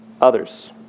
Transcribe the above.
others